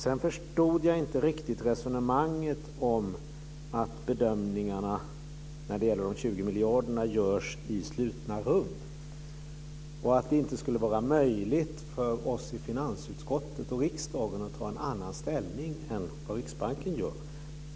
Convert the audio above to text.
Jag förstod inte riktigt resonemanget om att bedömningarna när det gäller de 20 miljarderna görs i slutna rum, och att det inte skulle vara möjligt för oss i finansutskottet och riksdagen att ta en annan ställning än vad Riksbanken gör.